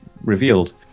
revealed